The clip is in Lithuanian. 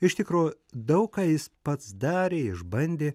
iš tikro daug ką jis pats darė išbandė